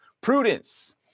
Prudence